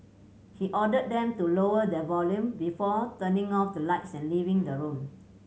he ordered them to lower their volume before turning off the lights and leaving the room